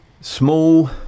Small